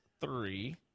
three